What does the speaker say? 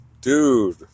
Dude